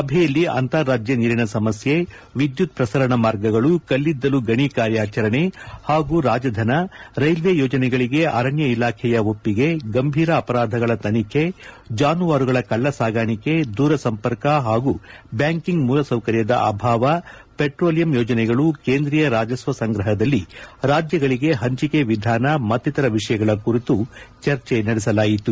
ಸಭೆಯಲ್ಲಿ ಅಂತಾರಾಜ್ಯ ನೀರಿನ ಸಮಸ್ಕೆ ವಿದ್ಯುತ್ ಪ್ರಸರಣ ಮಾರ್ಗಗಳು ಕಲ್ಲಿದ್ದಲು ಗಣಿ ಕಾರ್ಯಾಚರಣೆ ಪಾಗೂ ರಾಜಧನ ರೈಲ್ವೆ ಯೋಜನೆಗಳಿಗೆ ಅರಣ್ಯ ಇಲಾಖೆಯ ಒಪ್ಪಿಗೆ ಗಭೀರ ಅಪರಾಧಗಳ ತನಿಖೆ ಜಾನುವಾರಗಳ ಕಳ್ಳ ಸಾಗಾಣಿಕೆ ದೂರ ಸಂಪರ್ಕ ಪಾಗೂ ಬ್ಕಾಂಕಿಂಗ್ ಮೂಲ ಸೌಕರ್ಯದ ಅಭಾವ ಪೆಟ್ರೋಲಿಯಂ ಯೋಜನೆಗಳು ಕೇಂದ್ರೀಯ ರಾಜಸ್ವ ಸಂಗ್ರಪದಲ್ಲಿ ರಾಜ್ಯಗಳಿಗೆ ಪಂಚಿಕೆ ವಿಧಾನ ಮತ್ತಿತರ ವಿಷಯಗಳ ಕುರಿತು ಚರ್ಜೆ ನಡೆಸಲಾಯಿತು